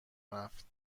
رفت